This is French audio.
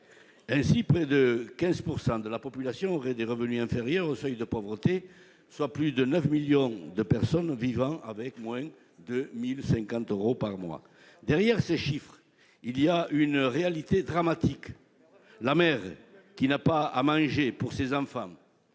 Ainsi, près de 15 % de la population auraient des revenus inférieurs au seuil de pauvreté, ce qui signifie que plus de 9 millions de personnes vivent avec moins de 1 050 euros par mois. Derrière ces chiffres, il y a une réalité dramatique : c'est la mère qui ne peut donner à manger à ses enfants,